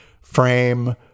frame